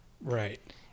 Right